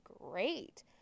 great